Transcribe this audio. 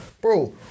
bro